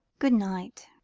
good-night.